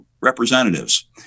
representatives